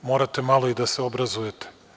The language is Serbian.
Morate malo i da se obrazujete.